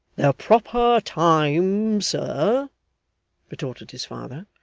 the proper time, sir retorted his father,